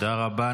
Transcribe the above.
תודה רבה.